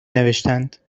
نوشتند